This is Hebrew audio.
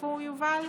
איפה הוא, יובל?